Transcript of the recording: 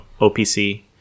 opc